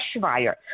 fire